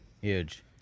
Huge